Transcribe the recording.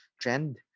trend